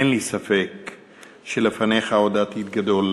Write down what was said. אין לי ספק שלפניך עוד עתיד גדול.